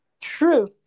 True